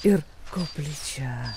ir koplyčia